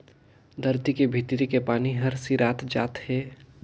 धरती के भीतरी के पानी हर सिरात जात हे